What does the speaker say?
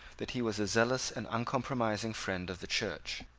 that he was a zealous and uncompromising friend of the church.